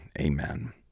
Amen